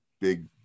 big